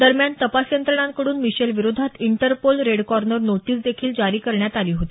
दरम्यान तपास यंत्रणांकड्रन मिशेलविरोधात इंटरपोल रेड कॉर्नर नोटीसदेखील जारी करण्यात आली होती